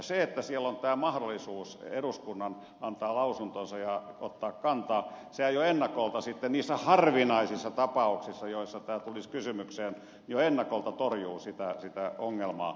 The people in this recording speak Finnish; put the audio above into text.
se että perustuslaissa on tämä mahdollisuus eduskunnan antaa lausuntonsa ja ottaa kantaa jo ennakolta niissä harvinaisissa tapauksissa joissa tämä tulisi kysymykseen torjuu sitä ongelmaa